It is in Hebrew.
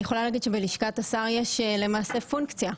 אני יכולה להגיד שבלשכת השר יש למעשה פונקציה,